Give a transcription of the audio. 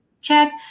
check